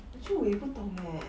actually 我也不懂 leh